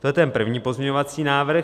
To je ten první pozměňovací návrh.